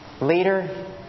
leader